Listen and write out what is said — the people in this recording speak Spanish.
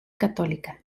católica